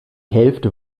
hälfte